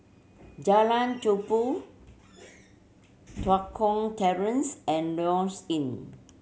Jalan Tumpu Tua Kong Terrace and Lloyds Inn